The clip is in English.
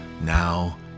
now